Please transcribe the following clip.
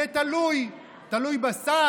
יהיה תלוי בשר,